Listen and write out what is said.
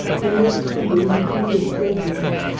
your most humble and obedient servant.